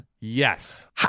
Yes